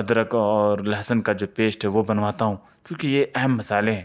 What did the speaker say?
ادرک اور لہسن کا جو پیسٹ ہے وہ بنواتا ہوں کیوں کہ یہ اہم مصالحے ہیں